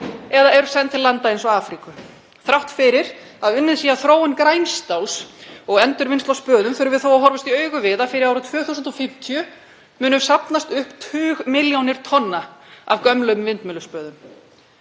eða er sent til landa eins og Afríkulanda. Þrátt fyrir að unnið sé að þróun grænstáls og endurvinnslu á spöðum þurfum við þó að horfast í augu við að fyrir árið 2050 munu safnast upp tugmilljónir tonna af gömlum vindmylluspöðum.